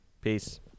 Peace